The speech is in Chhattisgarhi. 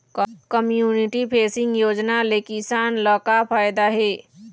कम्यूनिटी फेसिंग योजना ले किसान ल का फायदा हे?